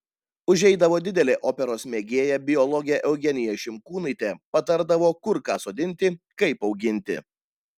užeidavo didelė operos mėgėja biologė eugenija šimkūnaitė patardavo kur ką sodinti kaip auginti